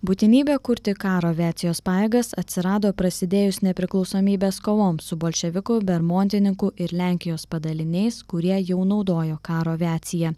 būtinybė kurti karo aviacijos pajėgas atsirado prasidėjus nepriklausomybės kovoms su bolševikų bermontininkų ir lenkijos padaliniais kurie jau naudojo karo aviaciją